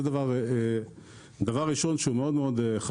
זה הדבר הראשון, שהוא מאוד חשוב.